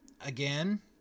Again